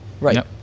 right